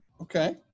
Okay